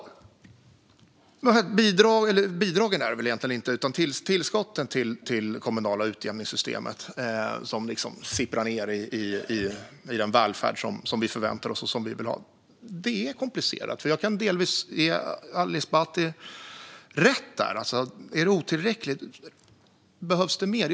När det gäller tillskotten till det kommunala utjämningssystemet, som sipprar ned i den välfärd som vi förväntar oss och vill ha, är det komplicerat. Jag kan delvis ge Ali Esbati rätt. Är det otillräckligt? Behövs det mer?